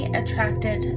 attracted